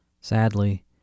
Sadly